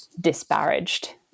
disparaged